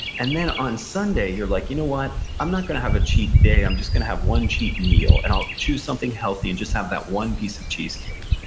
and then on sunday, you're like, you know what, i'm not going to have a cheat day, i'm just going to have one cheat meal, and i'll choose something healthy, and just have that one piece of cheesecake.